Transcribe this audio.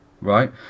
Right